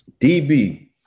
DB